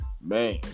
man